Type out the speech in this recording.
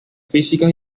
físicas